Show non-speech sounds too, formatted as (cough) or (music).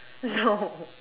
no (laughs)